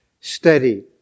steady